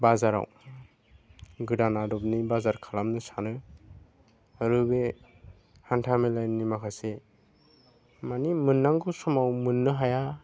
बाजाराव गोदान आदबनि बाजार खालामनो सानो आरो बे हान्था मेलानि माखासे माने मोननांगौ समाव मोननो हाया